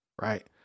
Right